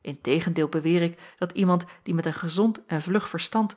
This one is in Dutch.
in tegendeel beweer ik dat jacob van ennep laasje evenster dat iemand die met een gezond en vlug verstand